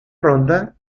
ronda